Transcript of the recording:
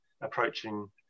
approaching